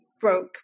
broke